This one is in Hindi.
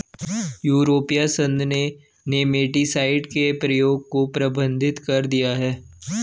यूरोपीय संघ ने नेमेटीसाइड के प्रयोग को प्रतिबंधित कर दिया है